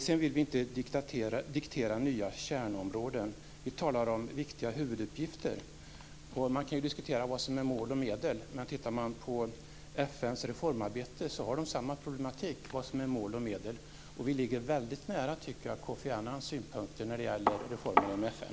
Vi vill inte diktera nya kärnområden. Vi talar om viktiga huvuduppgifter. Man kan diskutera vad som är mål och medel. Men tittar man närmare på FN:s reformarbete finner man att de tar upp samma problematik, vad som är mål och medel. Jag tycker att vi ligger väldigt nära Kofi Annans synpunkter när det gäller reformer av FN.